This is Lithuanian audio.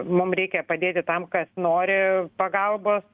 mum reikia padėti tam kas nori pagalbos